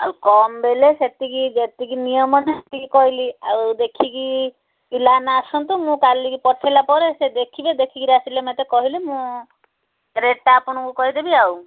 ଆଉ କମ୍ ବୋଲେ ସେତିକି ଯେତିକି ନିୟମଟା ସେତିକି କହିଲି ଆଉ ଦେଖିକି ପିଲାମାନେ ଆସନ୍ତୁ ମୁଁ କାଲିକି ପଠେଇଲା ପରେ ସେ ଦେଖିବେ ଦେଖିକିରି ଆସିଲେ ମୋତେ କହିଲେ ମୁଁ ରେଟ୍ଟା ଆପଣଙ୍କୁ କହିଦେବି ଆଉ